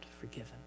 forgiven